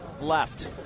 left